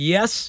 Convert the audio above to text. Yes